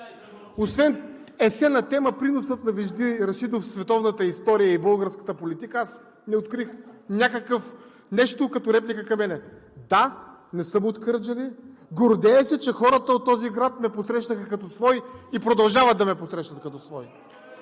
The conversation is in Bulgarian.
освен есе на тема: „Приносът на Вежди Рашидов в световната история и българската политика!“, аз не открих нещо като реплика към мен. Да, не съм от Кърджали, гордея се, че хората от този град ме посрещнаха като свой и продължават да ме посрещат като свой.